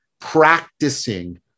practicing